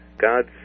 god's